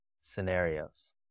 scenarios